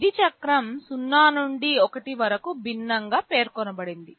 విధి చక్రం 0 నుండి 1 వరకు భిన్నంగా పేర్కొనబడింది